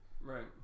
right